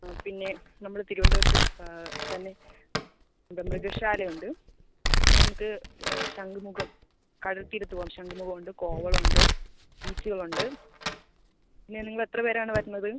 ആ പിന്നെ നമ്മൾ തിരുവനന്തപുരത്ത് തന്നെ ഒരു മൃഗശാലയുണ്ട് നമുക്ക് ശംഖുമുഖം കടൽത്തീരത്ത് പോവാം ശംഖുമുഖം ഉണ്ട് കോവളം ഉണ്ട് ബീച്ചുകളുണ്ട് പിന്നെ നിങ്ങൾ എത്ര പേര് ആണ് വരണത്